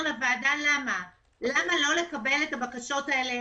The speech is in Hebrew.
לוועדה למה למה לא לקבל את הבקשות האלה?